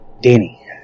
Danny